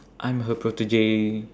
I'm her protege